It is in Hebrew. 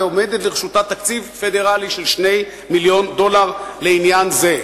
ועומד לרשותה תקציב פדרלי של 2 מיליוני דולר לעניין זה.